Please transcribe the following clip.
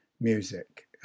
music